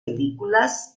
películas